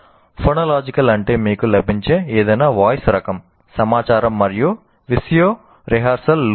phonological అంటే మీకు లభించే ఏదైనా వాయిస్ రకం సమాచారం మరియు విజువస్పేషియల్ రిహార్సల్ లూప్స్